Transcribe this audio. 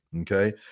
Okay